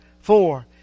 four